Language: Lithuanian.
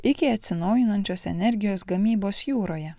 iki atsinaujinančios energijos gamybos jūroje